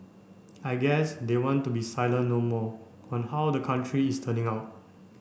I guess they want to be silent no more on how the country is turning out